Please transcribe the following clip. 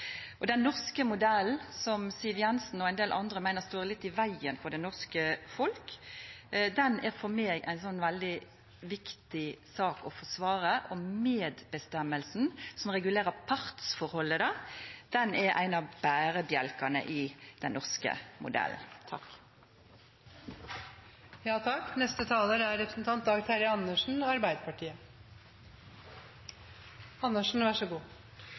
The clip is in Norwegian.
Og den norske modellen, som Siv Jensen og ein del andre meiner står litt i vegen for det norske folket, er for meg ei veldig viktig sak å forsvara, og medbestemminga, som regulerer partsforholdet, er ein av berebjelkane i den norske modellen. Jeg skal ikke bruke mye tid på innlegget til representanten Heggelund. Det har representanten Trettebergstuen svart grundig på allerede, så